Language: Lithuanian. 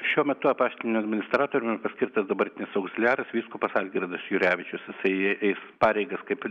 šiuo metu apaštiniu administratoriumi paskirtas dabartinis augziliaras vyskupas algirdas jurevičius jisai eis pareigas kaip